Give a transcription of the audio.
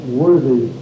worthy